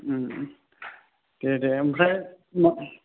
दे दे आमफ्राय मा